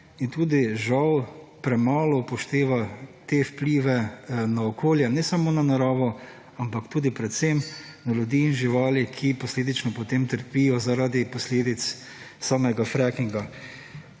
in tudi žal premalo upošteva te vplive na okolje, ne samo na naravo ampak tudi predvsem na ljudi in živali, ki posledično potem trpijo zaradi posledic samega frackinga.